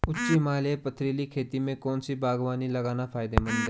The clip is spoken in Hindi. उच्च हिमालयी पथरीली खेती में कौन सी बागवानी लगाना फायदेमंद है?